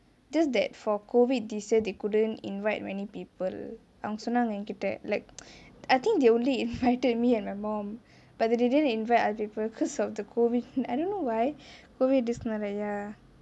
just that for COVID this year they couldn't invite many people அவங்கே சொன்னாங்கே என்கிட்டே:avangae sonnangae enkitae like I think they only invited me and my mom but they didn't invite other people because of the COVID I don't know why probably this நாலே:naalae ya